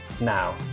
now